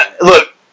Look